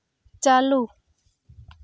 ᱪᱟᱹᱞᱩ